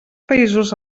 països